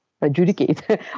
adjudicate